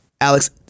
Alex